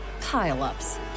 pile-ups